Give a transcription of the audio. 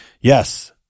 Yes